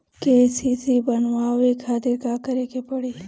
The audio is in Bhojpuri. के.सी.सी बनवावे खातिर का करे के पड़ी?